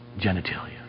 Genitalia